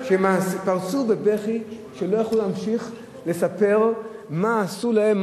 פרצו בבכי עד שלא יכלו להמשיך לספר מה עשו להם,